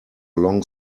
long